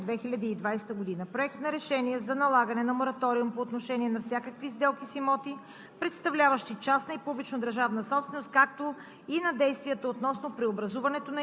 Постъпили законопроекти и проекторешения от 16 септември 2020 г. до 21 септември 2020 г.: Проект на решение за налагане на мораториум по отношение на всякакви сделки с имоти,